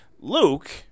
Luke